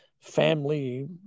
family